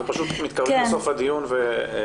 אנחנו מתקרבים לסוף הדיון ו...